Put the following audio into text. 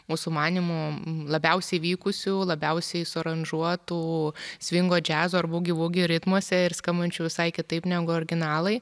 mūsų manymu labiausiai vykusių labiausiai suaranžuotų svingo džiazo ar bugi vugi ritmuose ir skambančių visai kitaip negu orginalai